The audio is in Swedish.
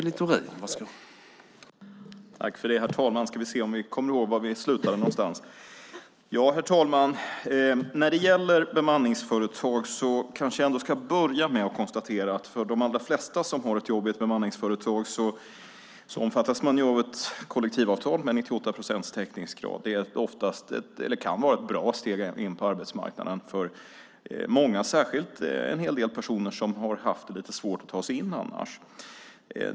Herr talman! När det gäller bemanningsföretag vill jag ändå börja med att konstatera att de allra flesta som har ett jobb i ett bemanningsföretag omfattas av ett kollektivavtal med 98 procents täckningskrav. Det kan vara ett bra steg in på arbetsmarknaden för många, särskilt för en hel del personer som har haft lite svårt att ta sig in annars.